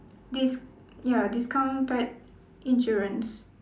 dis~ ya discount pet insurance